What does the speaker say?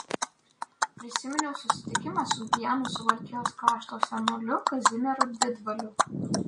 prisiminiau susitikimą su vienu suvalkijos krašto senoliu kazimieru didvaliu